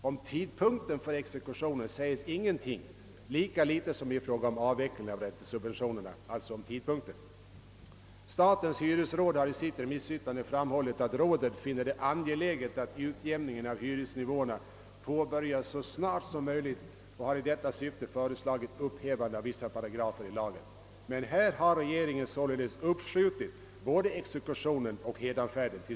Om tidpunkten för exekutionen sägs ingenting, lika litet som i fråga om tidpunkten för avvecklingen av räntesubventionerna. Statens hyresråd har i sitt yttrande framhållit att rådet finner det angeläget att utjämningen av hyresnivåerna påbörjas så snart som möjligt och har i detta syfte föreslagit upphävande av vissa paragrafer i lagen. Regeringen har således tills vidare uppskjutit både exekutionen och hädanfärden.